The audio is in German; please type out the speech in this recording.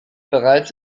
bereits